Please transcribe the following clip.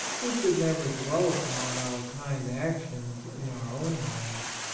we should never dwell upon our kind actions in our own minds.